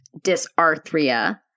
dysarthria